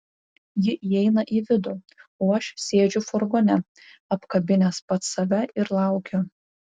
ji įeina į vidų o aš sėdžiu furgone apkabinęs pats save ir laukiu